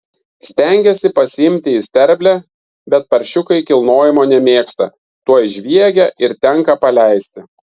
stengiasi pasiimti į sterblę bet paršiukai kilnojimo nemėgsta tuoj žviegia ir tenka paleisti